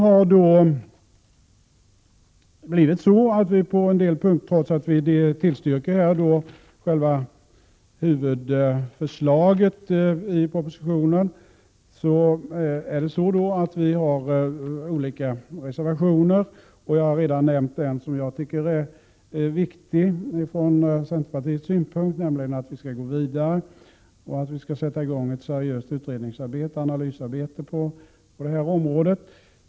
Trots att vi tillstyrker själva huvudförslaget i propositionen, har vi olika reservationer. Jag har redan nämnt en som jag tycker är viktig från centerpartiets synpunkt, nämligen att vi skall gå vidare och sätta i gång ett seriöst analysarbete på det här området.